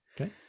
okay